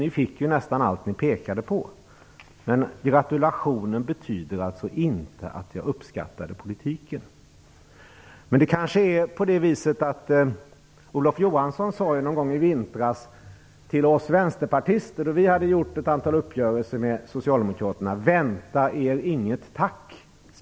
Ni fick ju nästan allt ni pekade på. Men gratulationen betyder inte att jag uppskattade politiken. Olof Johansson skrev en gång i vintras riktat till oss vänsterpartister när vi hade träffat ett antal uppgörelser med Socialdemokraterna: Vänta er inget tack!